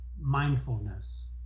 mindfulness